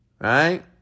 Right